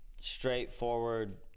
straightforward